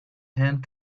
hand